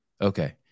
okay